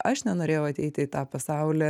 aš nenorėjau ateiti į tą pasaulį